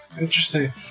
Interesting